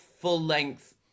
full-length